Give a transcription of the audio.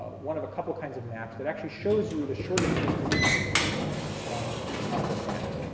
ah one of a couple kinds of maps that actually shows you the shortest distance between two points on the map.